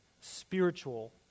spiritual